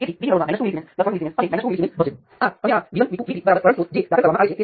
તેથી આ શાખામાં I1 અને I2 ને ભેગાં કરીને આપણે જાણીએ છીએ કે આ K × Ix current I1 I2 છે